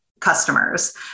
customers